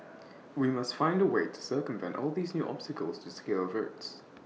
we must find A way to circumvent all these new obstacles and secure votes